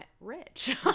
rich